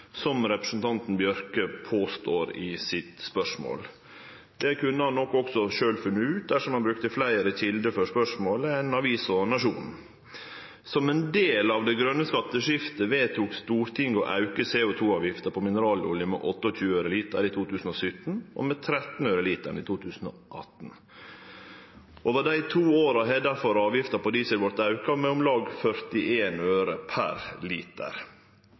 representanten Bjørke påstår i spørsmålet sitt. Det kunne han nok sjølv ha funne ut dersom han brukte fleire kjelder for spørsmålet enn avisa Nationen. Som ein del av det grøne skatteskiftet vedtok Stortinget å auke CO 2 -avgifta på mineralolje med 28 øre per liter i 2017 og 13 øre per liter i 2018. I løpet av dei to åra har difor avgifta på diesel vorte auka med om lag 41 øre per liter.